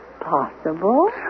possible